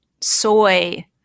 soy